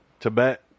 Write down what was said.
Tibet